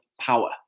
power